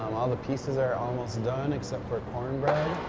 um all the pieces are almost done except for corn bread.